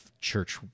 church